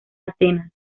atenas